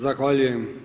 Zahvaljujem.